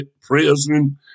Prison